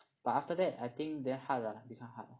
but after that I think hard lah become hard